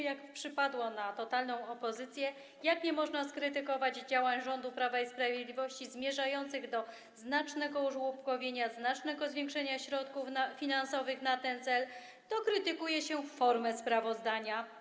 Jak przystało na totalną opozycję, jak nie można skrytykować działań rządu Prawa i Sprawiedliwości zmierzających do znacznego użłóbkowienia, znacznego zwiększenia środków finansowych na ten cel, to krytykuje się formę sprawozdania.